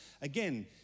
Again